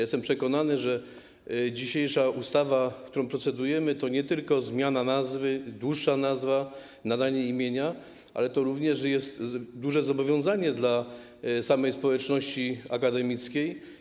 Jestem przekonany, że dzisiejsza ustawa, nad którą procedujemy, to nie tylko zmiana nazwy, dłuższa nazwa, nadanie imienia, ale również jest duże zobowiązanie dla samej społeczności akademickiej.